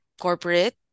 corporate